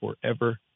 forever